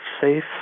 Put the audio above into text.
safe